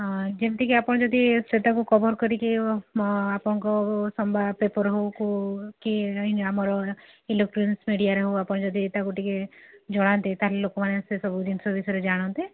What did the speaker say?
ହଁ ଯେମିତିକି ଆପଣ ଯଦି ସେଟାକୁ କଭର୍ କରିକି ଆପଣଙ୍କ ସମ୍ବାଦ ପେପର୍ ହେଉ କ କିଏ ଆମର ଇଲେକ୍ଟ୍ରୋନିକ୍ସ ମିଡିଆରେ ହେଉ ଆପଣ ଯଦି ତାକୁ ଟିକେ ଜଣାନ୍ତେ ତାହେଲେ ଲୋକମାନେ ସେ ସବୁ ଜିନିଷ ବିଷୟରେ ଜାଣନ୍ତେ